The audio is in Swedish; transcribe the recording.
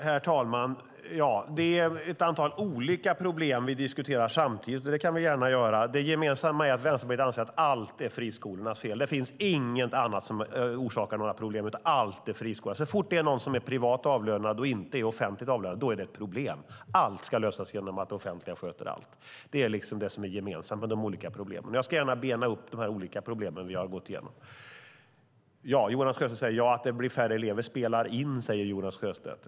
Herr talman! Det är ett antal olika problem vi diskuterar samtidigt, och det kan vi gärna göra. Det gemensamma är att Vänsterpartiet anser att allt är friskolornas fel. Det finns inget annat som orsakar några problem, utan allt är friskolornas fel. Så fort det är någon som är privat avlönad och inte offentligt avlönad är det problem. Allt ska lösas genom att det offentliga sköter allt. Det är det som är gemensamt med de olika problemen. Jag ska ändå försöka bena upp problemen. Jonas Sjöstedt säger att det spelar in att det blir färre elever.